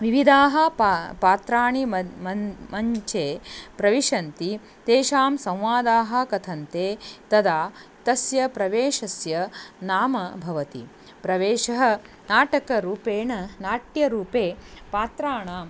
विविधानि पा पात्राणि म मञ्चे प्रविशन्ति तेषां संवादाः कथन्ते तदा तस्य प्रवेशस्य नाम भवति प्रवेशः नाटकरूपेण नाट्यरूपे पात्राणां